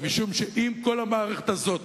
משום שאם כל המערכת הזאת